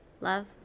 Love